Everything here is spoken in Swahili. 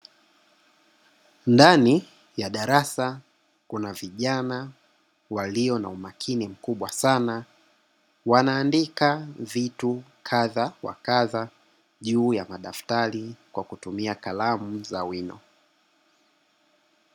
Ndani ya darasa kuna vijana walio na umakini mkubwa sana, wanaandika vitu kadha wa kadha juu ya madaftri kwa kutumia kalamu za wino.